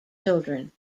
children